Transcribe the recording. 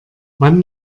wann